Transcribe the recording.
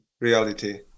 reality